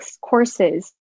courses